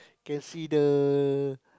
can see the